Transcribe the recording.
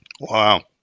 Wow